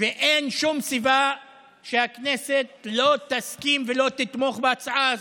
ואין שום סיבה שהכנסת לא תסכים ולא תתמוך בהצעה הזאת.